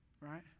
right